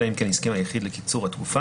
אלא אם כן הסכים היחיד לקיצור התקופה